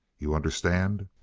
you understand?